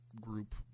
group